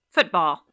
Football